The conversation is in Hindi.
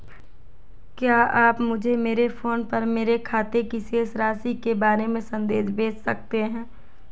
क्या आप मुझे मेरे फ़ोन पर मेरे खाते की शेष राशि के बारे में संदेश भेज सकते हैं?